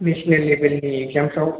national लेभेलनि एक्जामफ्राव